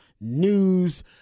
news